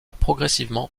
progressivement